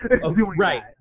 right